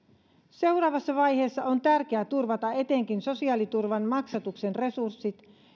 seuraavassa vaiheessa on tärkeää turvata etenkin sosiaaliturvan maksatuksen resurssit